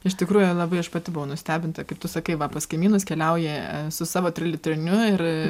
iš tikrųjų labai aš pati buvau nustebinta kaip tu sakai va pas kaimynus keliauji su savo trilitriniu ir